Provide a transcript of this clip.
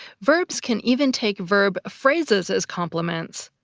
verbs can even take verb phrases as complements.